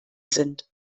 sind